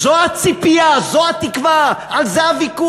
זו הציפייה, זו התקווה, ועל זה הוויכוח.